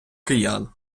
киян